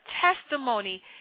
testimony